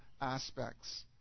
aspects